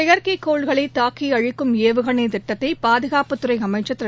செயற்கைக்கோள்களை தாக்கி அழிக்கும் ஏவுகணை திட்டத்தை பாதுகாப்புத்துறை அமைச்சர் திரு